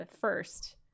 first